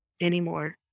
anymore